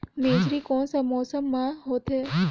मेझरी कोन सा मौसम मां होथे?